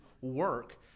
work